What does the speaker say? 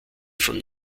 von